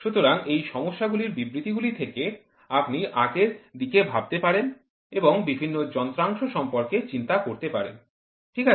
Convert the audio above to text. সুতরাং এই সমস্যাগুলির বিবৃতিগুলির থেকে আপনি আগের দিকে ভাবতে পারেন এবং বিভিন্ন যন্ত্রাংশ সম্পর্কে চিন্তা করতে পারেন ঠিক আছে